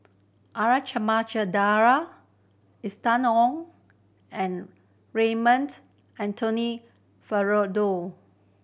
R Ramachandran Austen Ong and Raymond Anthony Fernando